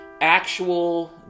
Actual